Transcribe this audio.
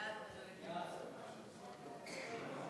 הצעת ועדת הכספים בדבר פיצול